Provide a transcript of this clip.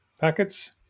packets